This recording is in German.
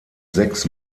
sechs